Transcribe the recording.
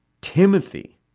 Timothy